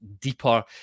deeper